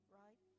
right